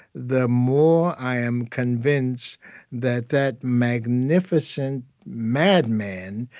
the more i am convinced that that magnificent madman,